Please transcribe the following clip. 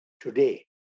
today